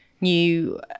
new